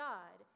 God